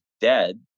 dead